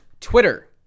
Twitter